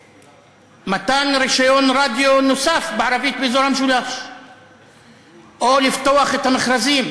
למתן רישיון רדיו נוסף בערבית באזור המשולש או לפתוח את המכרזים.